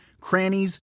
crannies